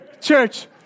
church